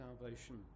salvation